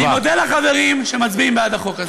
אני מודה לחברים שמצביעים בעד החוק הזה.